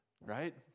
right